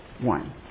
one